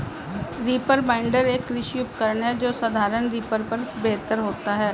reaper binder, एक कृषि उपकरण है जो साधारण रीपर पर बेहतर होता है